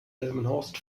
delmenhorst